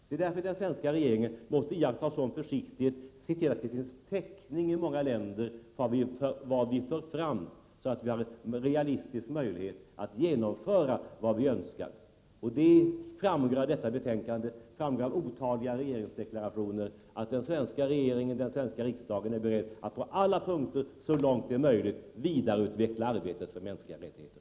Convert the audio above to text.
Det är därför den svenska regeringen måste iaktta sådan försiktighet och se till att det finns täckning i många länder för det vi för fram, så att vi har en realistisk möjlighet att genomföra det vi önskar. Det framgår av detta betänkande och av otaliga regeringsdeklarationer att den svenska regeringen och den svenska riksdagen är beredda att på alla punkter, så långt det är möjligt, vidareutveckla arbetet för mänskliga rättigheter.